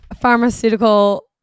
pharmaceutical